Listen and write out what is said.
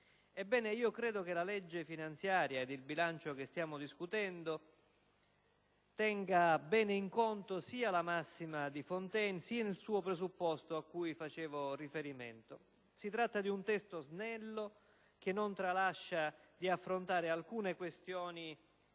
Ebbene, credo che la legge finanziaria ed il bilancio che stiamo discutendo tengano bene in conto sia la massima di Fontane, sia il suo presupposto cui facevo riferimento. Si tratta di un testo snello che non tralascia di affrontare alcune questioni